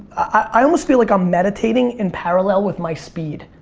i'm almost feel like i'm meditating in parallel with my speed.